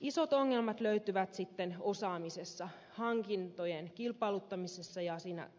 isot ongelmat löytyvät osaamisessa hankintojen kilpailuttamisessa ja siinä